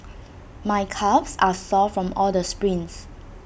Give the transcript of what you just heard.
my calves are sore from all the sprints